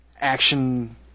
Action